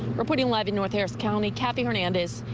reporting live in north harris county, kathy hernandez,